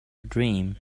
dream